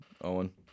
Owen